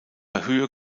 höhe